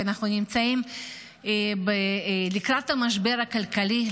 כשאנחנו נמצאים לקראת משבר כלכלי,